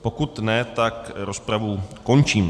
Pokud ne, rozpravu končím.